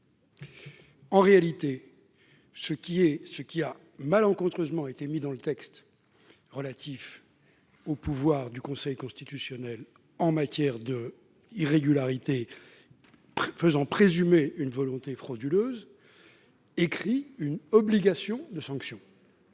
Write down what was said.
En réalité, ce qui a malencontreusement été introduit dans le texte relatif aux pouvoirs du Conseil constitutionnel en matière d'irrégularités faisant présumer une volonté frauduleuse prévoit une obligation de sanction.